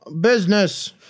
Business